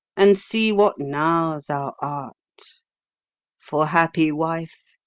and see what now thou art for happy wife,